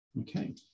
Okay